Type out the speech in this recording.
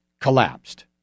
collapsed